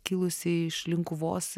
kilusi iš linkuvos